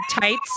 tights